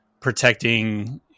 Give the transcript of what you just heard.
protecting